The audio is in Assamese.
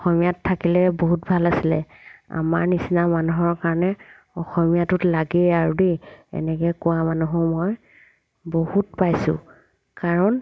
অসমীয়াত থাকিলে বহুত ভাল আছিলে আমাৰ নিচিনা মানুহৰ কাৰণে অসমীয়াটোত লাগেই আৰু দেই এনেকৈ কোৱা মানুহো মই বহুত পাইছোঁ কাৰণ